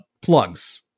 plugs